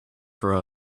for